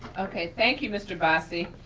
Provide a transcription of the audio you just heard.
okay, thank you, mr. bossy.